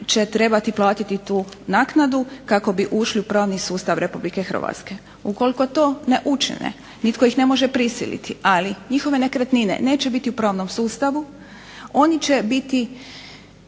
će trebati platiti tu naknadu kako bi ušli u pravni sustav RH. Ukoliko to ne učine nitko ih ne može prisiliti, ali njihove nekretnine neće biti u pravnom sustavu, oni će biti